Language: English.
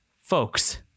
Folks